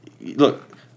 look